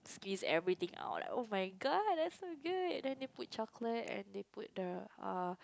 squeeze everything out like oh-my-god that's so good then they put chocolate and they put the err